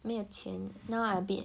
没有钱 now I a bit